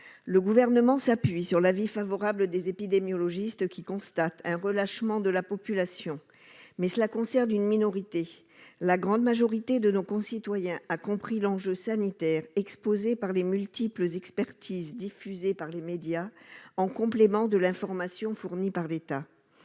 Le Gouvernement s'appuie sur l'avis favorable des épidémiologistes, qui constatent un relâchement de la population. Mais ce constat ne concerne qu'une minorité de personnes, la grande majorité de nos concitoyens ayant compris l'enjeu sanitaire qu'ont révélé les multiples expertises diffusées par les médias, en complément de l'information fournie par l'État.